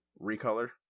recolor